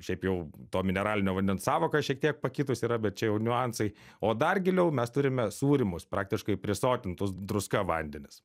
šiaip jau to mineralinio vandens sąvoka šiek tiek pakitusi yra bet čia jau niuansai o dar giliau mes turime sūrymus praktiškai prisotintus druska vandenis